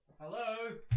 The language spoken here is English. Hello